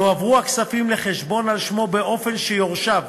יועברו הכספים לחשבון על שמו באופן שיורשיו